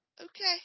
okay